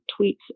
tweets